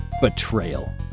betrayal